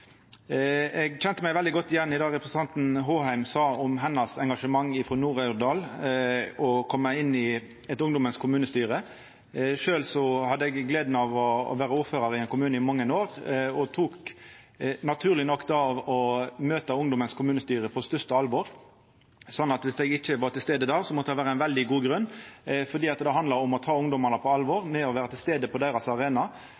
Eg kjente meg veldig godt igjen i det representanten Håheim sa om sitt engasjement i Nord-Aurdal og det å koma inn i ungdommens kommunestyre. Sjølv hadde eg gleda av å vera ordførar i ein kommune i mange år og tok naturleg nok det å møta ungdommens kommunestyre på det største alvor, så viss eg ikkje var til stades der, måtte eg ha ein veldig god grunn, for det handlar om å ta ungdommen på alvor, og å vera til stades på deira arena.